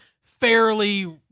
fairly